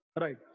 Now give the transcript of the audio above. Right